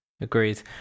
agreed